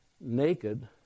naked